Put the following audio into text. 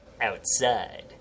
Outside